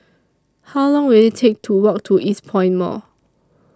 How Long Will IT Take to Walk to Eastpoint Mall